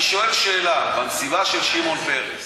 אל סגן היושב-ראש,